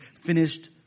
finished